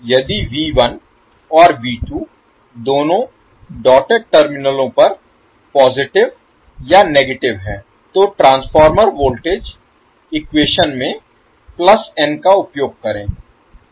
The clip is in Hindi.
• यदि V1 और V2 दोनों डॉटेड टर्मिनलों पर पॉजिटिव या नेगेटिव हैं तो ट्रांसफार्मर वोल्टेज इक्वेशन में n का उपयोग करें